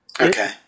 Okay